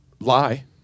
lie